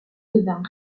devient